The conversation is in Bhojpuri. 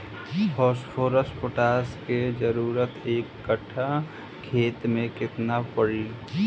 फॉस्फोरस पोटास के जरूरत एक कट्ठा खेत मे केतना पड़ी?